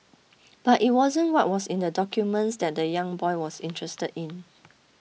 but it wasn't what was in the documents that the young boy was interested in